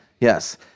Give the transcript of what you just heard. yes